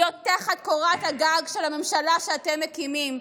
להיות תחת קורת הגג של הממשלה שאתם מקימים,